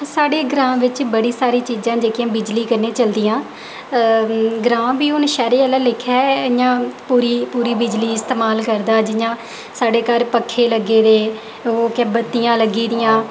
साढ़े ग्रांऽ बिच्च बड़ियां सारी चीजां न जेह्ड़ियां बिजली कन्नै चलदियां ग्रांऽ बी हून शैह्रें आह्ला लेखा इ'यां पूरी पूरी बिजली इस्तमाल करदा जियां साढ़े घर पक्खे लग्गे दे ओह् केह् बत्तियां लग्गी दियां